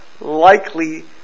likely